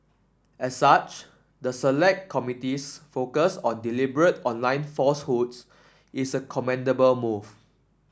as such the select committee's focus on deliberate online falsehoods is a commendable move